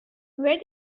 where